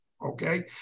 okay